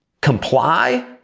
comply